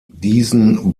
diesen